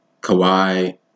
Kawhi